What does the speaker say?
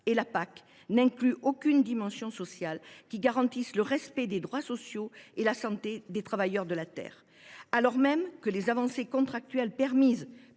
et la PAC n’incluent aucune dimension sociale qui garantisse le respect des droits sociaux et la santé des travailleurs de la terre. Dans le même temps, enfin, les avancées contractuelles permises